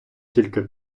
тільки